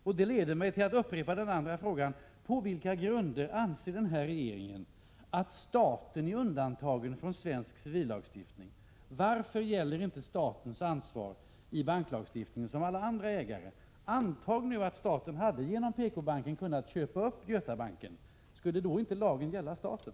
Detta leder mig till att upprepa min andra fråga: På vilka grunder anser regeringen att staten är undantagen från svensk civillagstiftning? Varför gäller inte statens ansvar i banklagstiftningen — som för alla andra ägare? Anta att staten, genom PK-banken, hade kunnat köpa upp Götabanken. Skulle då inte lagen gälla staten?